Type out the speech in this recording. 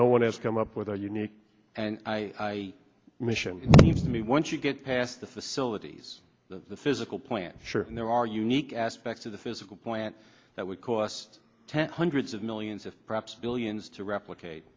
no one else come up with a unique and i mission me once you get past the facilities the physical plant sure there are unique aspects of the physical plant that would cost tens hundreds of millions of perhaps billions to replicate